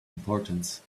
importance